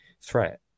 threat